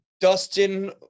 Dustin